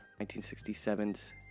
1967's